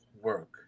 work